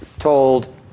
told